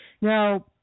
Now